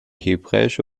hebräische